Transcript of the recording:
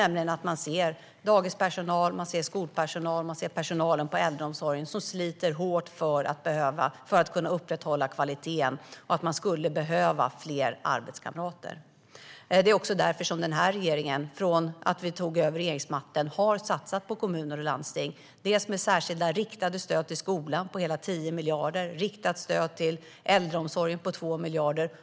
Man ser dagispersonal, skolpersonal och personal på äldreomsorgen som sliter hårt för att kunna upprätthålla kvaliteten. De skulle behöva fler arbetskamrater. Därför har vi i den här regeringen sedan vi tog över regeringsmakten satsat på kommuner och landsting. Det är särskilt riktade stöd till skolan på hela 10 miljarder. Det är riktat stöd till äldreomsorgen på 2 miljarder.